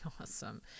awesome